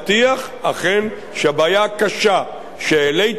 שהבעיה הקשה שהעלית תיפתר,